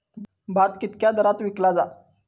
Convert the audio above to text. भात कित्क्या दरात विकला जा?